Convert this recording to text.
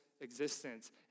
existence